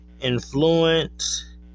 influence